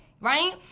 right